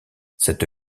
cette